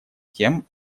тем